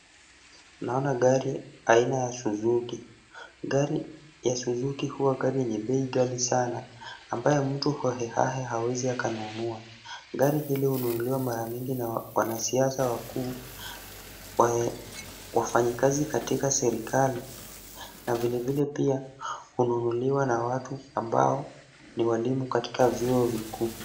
Naona gari aina ya Suzuki. Gari ya Suzuki huwa gari yenye bei ghali sana, ambayo mtu hohe hahe hawezi akanunua. Gari hilo hununuliwa mara mingi na wanasiasa wakuu, wafanyikazi katika serikali na vile vile pia hununuliwa na watu ambao ni walimu katika vyuo vikuu.